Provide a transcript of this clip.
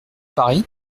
paris